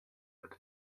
but